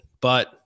But-